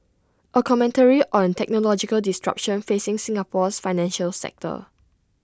A commentary on the technological disruption facing Singapore's financial sector